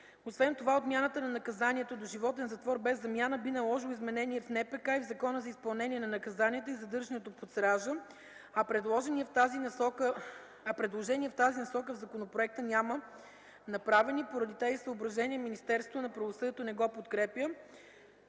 Освен това отмяната на наказанието доживотен затвор без замяна би наложило изменения в НПК и в Закона за изпълнение на наказанията и задържането под стража, а предложения в тази насока в законопроекта няма направени. Поради тези съображения Министерство на правосъдието не го подкрепя.